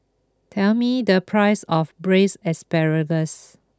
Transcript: tell me the price of braised asparagus